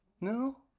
No